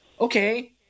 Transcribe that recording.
okay